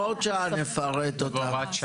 נפרט את הוראות השעה.